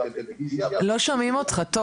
בטלוויזיה -- לא שומעים אותך טוב.